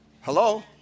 Hello